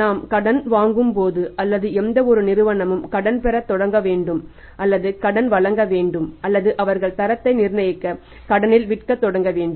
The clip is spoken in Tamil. நாம் கடன் வழங்கும்போது அல்லது எந்தவொரு நிறுவனமும் கடன் பெறத் தொடங்க வேண்டும் அல்லது கடன் வழங்க வேண்டும் அல்லது அவர்கள் தரத்தை நிர்ணயிக்க கடனில் விற்கத் தொடங்க வேண்டும்